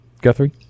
Guthrie